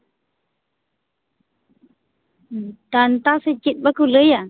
ᱰᱟᱱᱴᱟ ᱥᱮ ᱪᱮᱫ ᱵᱟᱠᱚ ᱞᱟᱹᱭᱟ